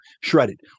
shredded